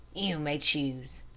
you may choose.